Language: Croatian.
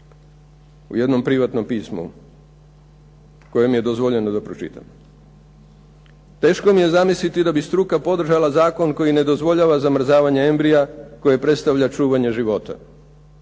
u jednom privatnom pismu koje mi je dozvoljeno da pročitam. Teško mi je zamisliti da bi struka podržala zakon koji ne dozvoljava zamrzavanje embrija koje predstavlja čuvanje života,